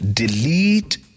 delete